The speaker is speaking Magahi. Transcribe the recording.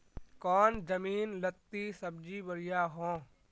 कौन जमीन लत्ती सब्जी बढ़िया हों?